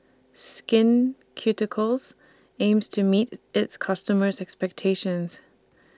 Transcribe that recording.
Skin Ceuticals aims to meet its customers' expectations